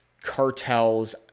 cartels